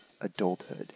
adulthood